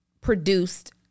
produced